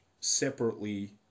separately